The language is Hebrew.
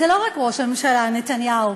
זה לא ראש הממשלה נתניהו,